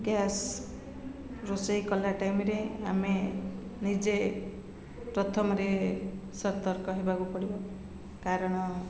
gas ରୋଷେଇ କଲା ଟାଇମ୍ରେ ଆମେ ନିଜେ ପ୍ରଥମରେ ସତର୍କ ହେବାକୁ ପଡ଼ିବ କାରଣ